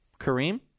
Kareem